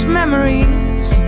memories